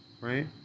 right